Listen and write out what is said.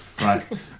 Right